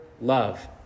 love